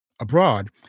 abroad